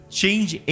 change